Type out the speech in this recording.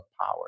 power